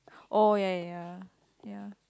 oh ya ya ya ya